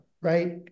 right